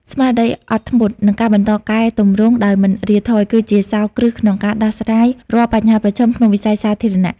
ស្មារតីអត់ធ្មត់ និងការបន្តកែទម្រង់ដោយមិនរាថយ គឺជាសោរគ្រឹះក្នុងការដោះស្រាយរាល់បញ្ហាប្រឈមក្នុងវិស័យសាធារណៈ។